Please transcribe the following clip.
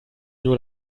nur